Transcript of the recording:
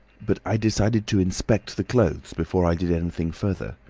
but i decided to inspect the clothes before i did anything further,